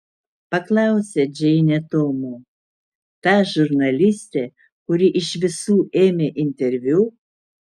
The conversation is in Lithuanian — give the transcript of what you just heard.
paklausė džeinė tomo ta žurnalistė kuri iš visų ėmė interviu